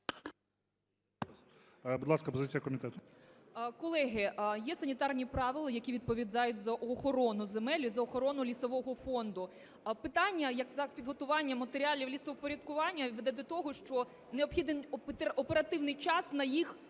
Будь ласка, позиція комітету. 14:27:05 ОВЧИННИКОВА Ю.Ю. Колеги, є санітарні правила, які відповідають за охорону земель і за охорону лісового фонду. Питання, як підготування матеріалів лісовпорядкування, веде до того, що необхідний оперативний час на їх